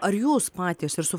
ar jūs patys ir su